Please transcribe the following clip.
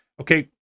Okay